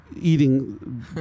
eating